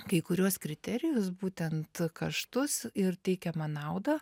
kai kuriuos kriterijus būtent kaštus ir teikiamą naudą